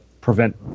prevent